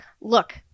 look